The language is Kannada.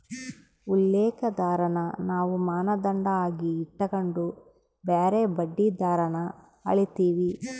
ಉಲ್ಲೇಖ ದರಾನ ನಾವು ಮಾನದಂಡ ಆಗಿ ಇಟಗಂಡು ಬ್ಯಾರೆ ಬಡ್ಡಿ ದರಾನ ಅಳೀತೀವಿ